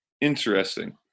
Interesting